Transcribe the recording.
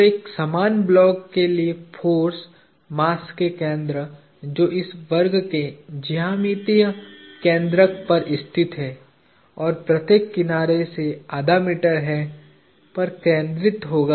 तो एक समान ब्लॉक के लिए फोर्स मास के केंद्र जो इस वर्ग के ज्यामितीय केन्द्रक पर स्थित है और प्रत्येक किनारे से आधा मीटर है पर केंद्रित होगा